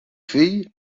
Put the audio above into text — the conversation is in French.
fille